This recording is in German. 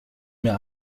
mir